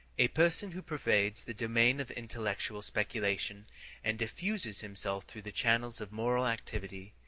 a person who pervades the domain of intellectual speculation and diffuses himself through the channels of moral activity.